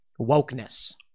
wokeness